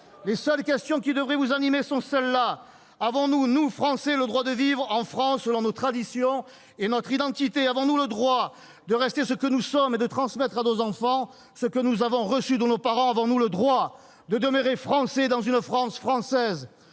Les seules questions qui devraient vous animer sont celles-ci : avons-nous, nous, Français, le droit de vivre en France selon nos traditions et notre identité ? Avons-nous le droit de rester ce que nous sommes et de transmettre à nos enfants ce que nous avons reçu de nos parents ? Avons-nous le droit de demeurer français dans une France française ?